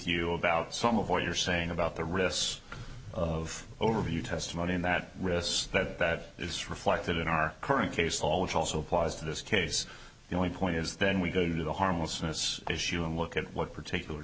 you about some of what you're saying about the rest of overview testimony in that wrist that is reflected in our current case all which also applies to this case the only point is then we go to the harmlessness issue and look at what particular